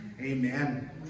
amen